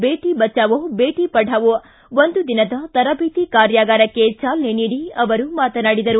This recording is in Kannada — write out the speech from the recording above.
ಬೇಟ ಬಚಾವೋ ದೇಟ ಪಢಾವೋ ಒಂದು ದಿನದ ತರಬೇತಿ ಕಾರ್ಯಾಗಾರಕ್ಕೆ ಚಾಲನೆ ನೀಡಿ ಅವರು ಮಾತನಾಡಿದರು